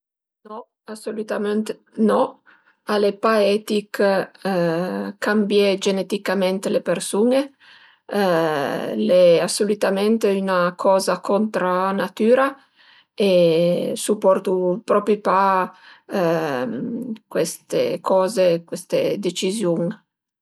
No asolütamënt no, al e pa etich cambié geneticament le persun-e, al e asolütamënt 'na coza contra natüra e suporto propi pa cueste coze, cueste deciziun